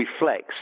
reflects